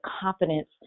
confidence